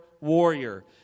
warrior